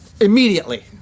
immediately